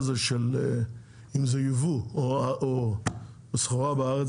ואם זה ייבוא או סחורה מהארץ,